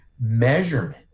measurement